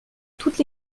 toutes